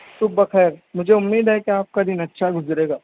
صبح بخیر مجھے امید ہے کہ آپ کا دن اچھا گزرے گا